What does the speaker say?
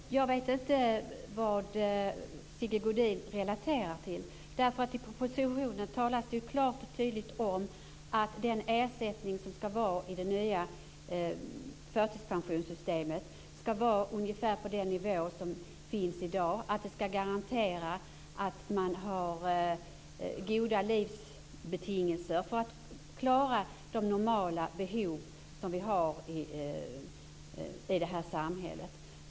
Fru talman! Jag vet inte vad Sigge Godin relaterar till. I propositionen talas det klart och tydligt om att ersättningen i det nya förtidspensionssystemet skall vara ungefär på dagens nivå och att det skall garanteras goda livsbetingelser för att klara de normala behov som vi har i det här samhället.